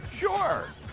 Sure